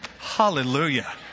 Hallelujah